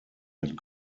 had